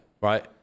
right